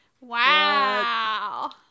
Wow